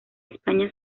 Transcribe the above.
españa